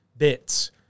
Bits